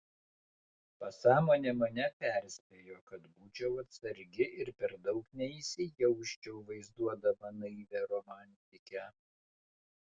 pasąmonė mane perspėjo kad būčiau atsargi ir per daug neįsijausčiau vaizduodama naivią romantikę